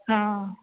हा